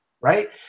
right